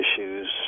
issues